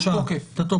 התוקף.